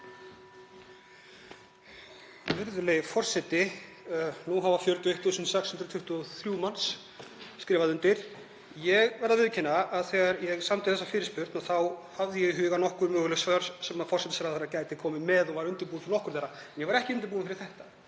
Virðulegi forseti. Nú hafa 41.623 manns skrifað undir. Ég verð að viðurkenna að þegar ég samdi þessa fyrirspurn þá hafði ég í huga nokkur möguleg svör sem forsætisráðherra gæti komið með og var undirbúinn undir nokkur þeirra. Ég var ekki undirbúinn undir þetta.